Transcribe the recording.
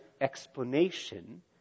explanation